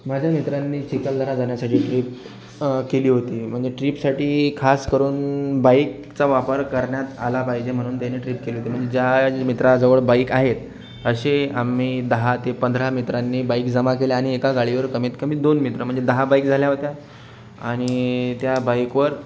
माझ्या मित्रांनी चिखलदरा जाण्यासाठी ट्रीप केली होती म्हणजे ट्रीपसाठी खास करून बाइकचा वापर करण्यात आला पाहिजे म्हणून त्यांनी ट्रीप केली होती म्हणजे ज्या मित्राजवळ बाइक आहे असे आम्ही दहा ते पंधरा मित्रांनी बाइक जमा केल्या आणि एका गाडीवर कमीत कमी दोन मित्र म्हणजे दहा बाइक झाल्या होत्या आणि त्या बाइकवर